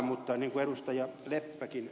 mutta niin kuin ed